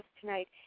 tonight